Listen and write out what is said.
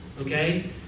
okay